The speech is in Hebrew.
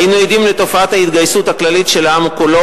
היינו עדים לתופעת ההתגייסות הכללית של העם כולו